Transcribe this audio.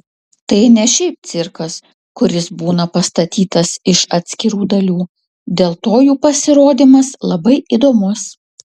tai ne šiaip cirkas kuris būna pastatytas iš atskirų dalių dėl to jų pasirodymas labai įdomus